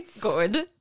good